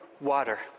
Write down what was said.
water